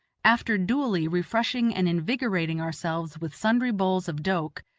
after duly refreshing and invigorating ourselves with sundry bowls of doke,